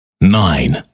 nine